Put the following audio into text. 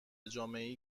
جامعهای